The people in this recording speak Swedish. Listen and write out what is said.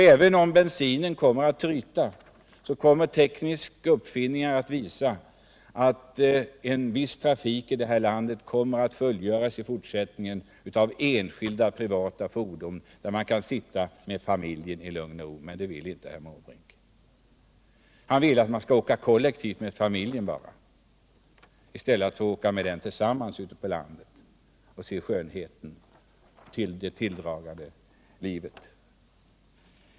Även om bensinen tryter, kommer tekniska uppfinningar att innebära att en viss trafik i fortsättningen består av enskilda privata fordon, där familjen kan sitta i lugn och ro. Men det vill inte herr Måbrink. Han vill att familjen skall åka kollektivt i stället för att åka tillsammans ut på landet och se skönheten och det tilldragande livet.